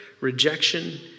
rejection